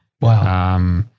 Wow